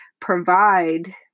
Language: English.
provide